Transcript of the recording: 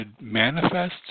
manifest